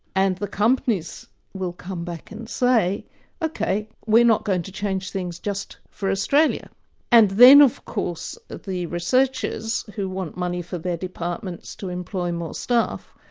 and the companies will come back and say ok, we're not going to change things just for australia and then of course the researchers who want money for their departments to employ more staff,